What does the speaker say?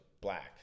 black